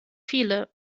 viele